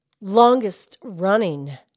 longest-running